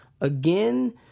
again